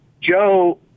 Joe